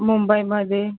मुंबईमध्ये